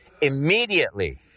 immediately